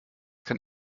kann